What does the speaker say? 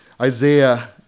Isaiah